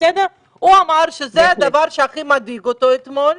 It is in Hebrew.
הוא אמר שזה הדבר שהכי מדאיג אותו אתמול,